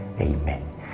Amen